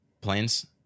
planes